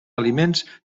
aliments